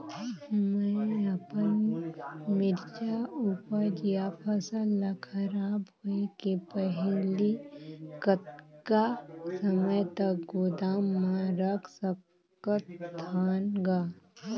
मैं अपन मिरचा ऊपज या फसल ला खराब होय के पहेली कतका समय तक गोदाम म रख सकथ हान ग?